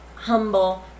Humble